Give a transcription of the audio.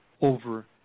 over